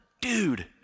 dude